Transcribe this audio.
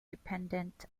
dependent